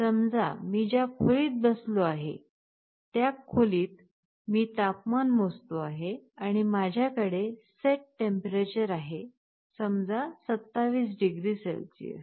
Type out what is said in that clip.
समजा मी ज्या खोलीत बसलो आहे त्या खोलीत मी तपमान मोजतो आहे आणि माझ्या कड़े सेट टेम्परेचर आहे समजा 27 डिग्री सेल्सियस